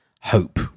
hope